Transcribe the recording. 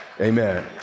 Amen